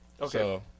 Okay